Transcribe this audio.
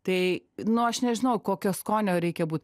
tai nu aš nežinau kokio skonio reikia būt